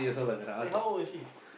wait how old is she